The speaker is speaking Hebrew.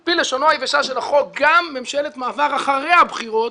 על פי לשונו היבשה של החוק גם ממשלת מעבר אחרי הבחירות